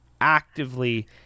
actively